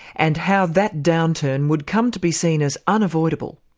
and how that downturn would come to be seen as unavoidable.